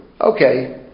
Okay